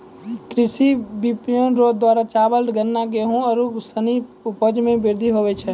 कृषि विपणन रो द्वारा चावल, गन्ना, गेहू आरू सनी उपजा मे वृद्धि हुवै छै